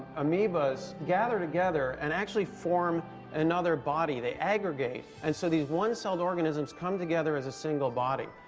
amoebas gather together and actually form another body. they aggregate. and so these one-celled organisms come together as a single body.